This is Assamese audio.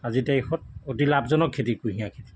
আজিৰ তাৰিখত অতি লাভজনক খেতি কুঁহিয়াৰ খেতি